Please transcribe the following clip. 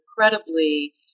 incredibly